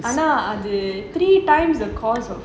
ஆனா அது:aanaa athu three times the cost of